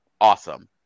awesome